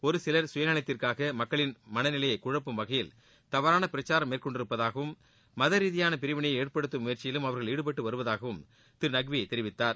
ஒரு சிலர் சுயநலத்திற்காக மக்களின் மனநிலையை குழப்பும் வகையில் தவறான பிரசாரம் மேற்கொண்டிருப்பதாகவும் மதரீதியாக பிரிவினையை ஏற்படுத்தும் முயற்சியிலும் அவர்கள் ஈடுபட்டுவருதாகவும் திரு நக்வி தெரிவித்தார்